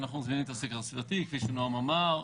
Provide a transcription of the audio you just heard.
אנחנו מזמינים את הסקר הסביבתי כפי שנעם אמר.